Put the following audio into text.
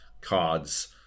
cards